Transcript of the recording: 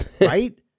right